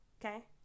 Okay